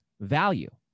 Value